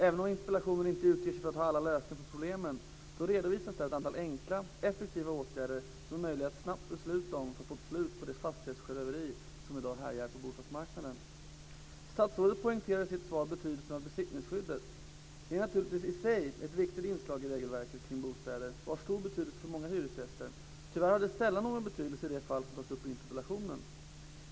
Även om interpellationen inte utger sig för att ha alla lösningar på problemen så redovisas där ett antal enkla, effektiva åtgärder som är möjliga att snabbt besluta om för att få ett slut på det fastighetssjöröveri som i dag härjar på bostadsmarknaden. Statsrådet poängterar i sitt svar betydelsen av besittningsskyddet. Det är naturligtvis i sig ett viktigt inslag i regelverket kring bostäder och har stor betydelse för många hyresgäster. Tyvärr har det sällan någon betydelse i de fall som tas upp i interpellationen.